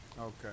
Okay